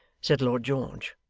said lord george,